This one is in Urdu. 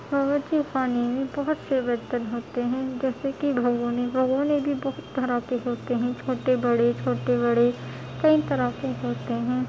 باورچی خانے میں بہت سے برتن ہوتے ہیں جیسے کہ بھگونے بھگونے بھی بہت طرح کے ہوتے ہیں چھوٹے بڑے چھوٹے بڑے کئی طرح کے ہوتے ہیں